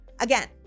Again